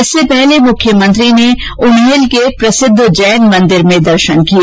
इससे पहले मुख्यमंत्री ने उन्हेल के प्रसिद्ध जैन मंदिर में दर्शन किए